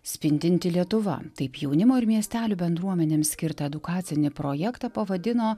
spindinti lietuva taip jaunimo ir miestelių bendruomenėms skirtą edukacinį projektą pavadino